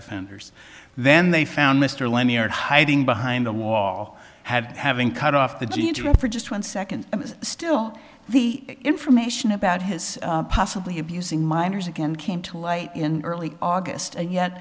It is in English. offenders then they found mr leonard hiding behind a wall had having cut off the jeans you know for just one second still the information about his possibly abusing minors again came to light in early august and yet